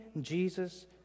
Jesus